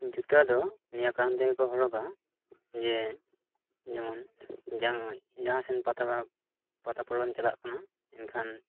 ᱡᱩᱛᱟᱹ ᱫᱚ ᱱᱤᱭᱟᱹ ᱠᱟᱨᱚᱱ ᱛᱮᱜᱮ ᱠᱚ ᱦᱚᱨᱚᱜᱟ ᱡᱮ ᱡᱮᱢᱚᱱ ᱡᱟᱦᱟᱥᱮᱱ ᱯᱟᱛᱟ ᱯᱚᱨᱚᱵᱮᱢ ᱪᱟᱞᱟᱜ ᱠᱟᱱᱟ ᱮᱱᱠᱷᱟᱱ